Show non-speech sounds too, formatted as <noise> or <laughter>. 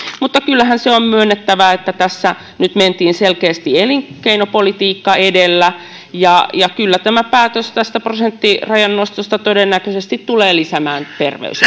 mutta kyllähän se on myönnettävä että tässä nyt mentiin selkeästi elinkeinopolitiikka edellä ja että kyllä tämä päätös tästä prosenttirajan nostosta todennäköisesti tulee lisäämään terveys <unintelligible>